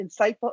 insightful